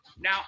Now